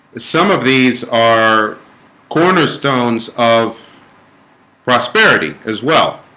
some of these are cornerstones of prosperity as well